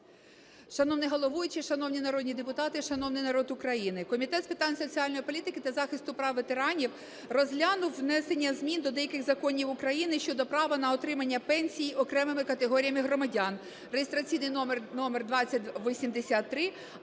Шановний головуючий, шановні народні депутати, шановний народ України! Комітет з питань соціальної політики та захисту прав ветеранів розглянув внесення змін до деяких законів України щодо права на отримання пенсій окремими категоріями громадян (реєстраційний номер 2083).